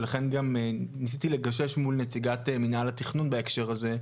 ולכן גם ניסיתי לגשש מול נציגת מינהל התכנון בהקשר הזה.